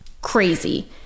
crazy